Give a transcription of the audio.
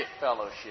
fellowship